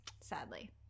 sadly